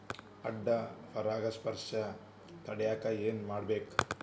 ಅಡ್ಡ ಪರಾಗಸ್ಪರ್ಶ ತಡ್ಯಾಕ ಏನ್ ಮಾಡ್ಬೇಕ್?